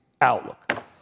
outlook